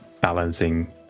balancing